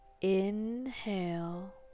inhale